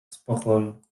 spokoju